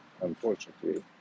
unfortunately